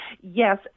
Yes